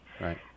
Right